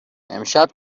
امشب